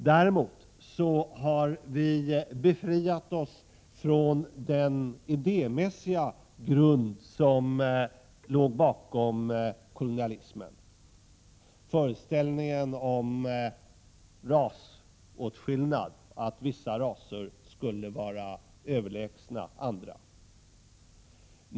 Däremot har vi befriat oss från den idémässiga grund som låg bakom kolonialismen — föreställningen att vissa raser skulle vara överlägsna andra.